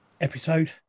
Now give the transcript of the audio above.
episode